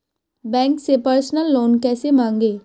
Bank से personal loan कैसे मांगें?